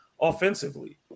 Offensively